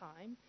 time